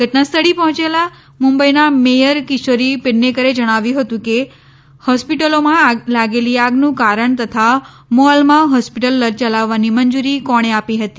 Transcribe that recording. ધટનાસ્થળે પહોંચેલાં મુંબઈનાં મેયર કિશોરી પેડણેકર જણાવ્યું હતુ કે હોસ્પીટલમાં લાગેલી આગનું કારણ તથા મોલમાં હોસ્પીટલ ચલાવવાની મંજૂરી કોણે આપી હતી